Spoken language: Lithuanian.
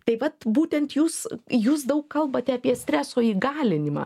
tai vat būtent jūs jūs daug kalbate apie streso įgalinimą